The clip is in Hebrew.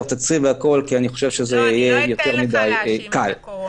לא אתן לך להאשים את קורונה.